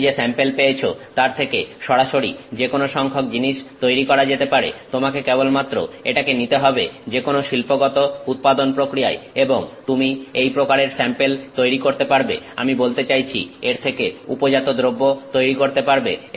তুমি যে স্যাম্পেল পেয়েছো তার থেকে সরাসরি যেকোনো সংখ্যক জিনিস তৈরি করা যেতে পারে তোমাকে কেবলমাত্র এটাকে নিতে হবে যেকোনো শিল্পগত উৎপাদন প্রক্রিয়ায় এবং তুমি এই প্রকারের স্যাম্পেল তৈরি করতে পারবে আমি বলতে চাইছি এর থেকে উপজাত দ্রব্য তৈরি করতে পারবে